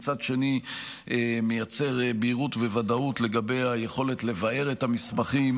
ומצד שני מייצר בהירות וודאות לגבי היכולת לבער את המסמכים,